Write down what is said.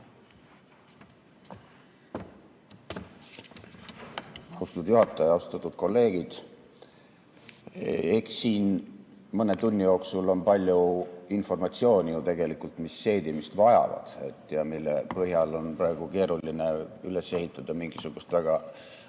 Austatud juhataja! Austatud kolleegid! Eks siin mõne tunni jooksul ole ju palju informatsiooni olnud, mis seedimist vajab ja mille põhjal on praegu keeruline üles ehitada mingisugust väga